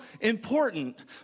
important